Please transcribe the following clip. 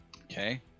Okay